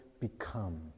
become